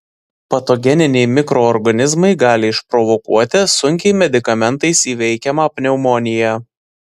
patogeniniai mikroorganizmai gali išprovokuoti sunkiai medikamentais įveikiamą pneumoniją